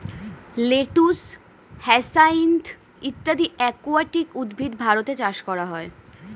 lettuce, hyacinth ইত্যাদি aquatic উদ্ভিদ ভারতে চাষ করা হয়